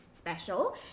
special